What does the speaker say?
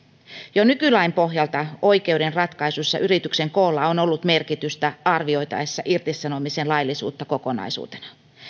jo nykylain pohjalta oikeuden ratkaisuissa yrityksen koolla on ollut merkitystä arvioitaessa irtisanomisen laillisuutta kokonaisuutena